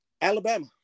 Alabama